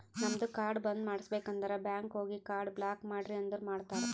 ನಮ್ದು ಕಾರ್ಡ್ ಬಂದ್ ಮಾಡುಸ್ಬೇಕ್ ಅಂದುರ್ ಬ್ಯಾಂಕ್ ಹೋಗಿ ಕಾರ್ಡ್ ಬ್ಲಾಕ್ ಮಾಡ್ರಿ ಅಂದುರ್ ಮಾಡ್ತಾರ್